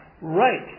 Right